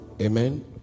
amen